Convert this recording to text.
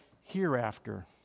hereafter